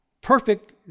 Perfect